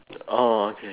orh okay